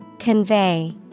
Convey